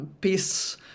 peace